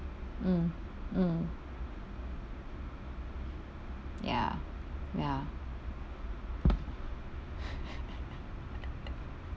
mm mm ya ya